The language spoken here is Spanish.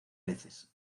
veces